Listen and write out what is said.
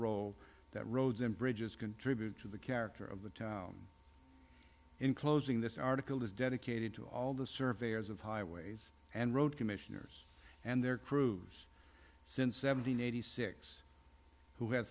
role that roads and bridges contribute to the character of the town in closing this article is dedicated to all the surveyors of highways and road commissioners and their crews since seventy nine hundred six who ha